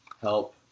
help